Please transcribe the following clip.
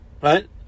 right